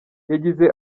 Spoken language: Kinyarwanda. yagize